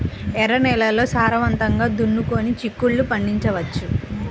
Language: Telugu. ఎర్ర నేలల్లో సారవంతంగా దున్నుకొని చిక్కుళ్ళు పండించవచ్చు